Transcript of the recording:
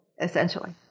essentially